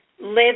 live